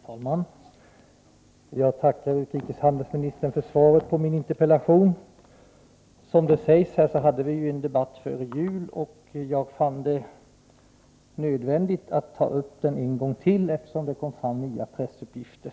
Herr talman! Jag tackar utrikeshandelsministern för svaret på min interpellation. Som det sägs i svaret hade vi en debatt om detta före jul. Jag fann det nödvändigt att ta upp saken en gång till, eftersom det har kommit nya pressuppgifter.